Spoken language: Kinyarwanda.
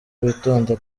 witonda